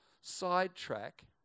sidetrack